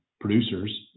producers